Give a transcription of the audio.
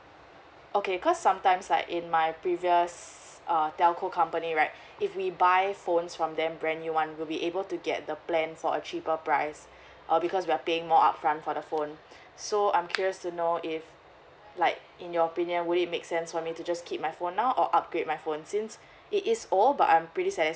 okay because sometimes like in my previous err telco company right if we buy phones from them brand you want will be able to get the plan for a cheaper price uh because we are paying more upfront for the phone so I'm curious to know if like in your opinion would it make sense for me to just keep my phone now or upgrade my phone since it is all but I'm pretty